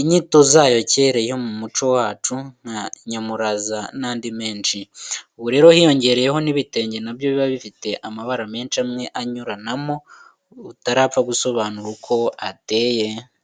inyito zayo kera iyo mu muco wacu, nka nyamuraza n'andi menshi. Ubu rero hiyongereyeho n'ibitenge na byo biba bifite amabara menshi amwe anyuranamo, utapfa gusobanura uko ateye.